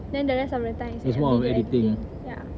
then the rest of the time is going to be to editing ya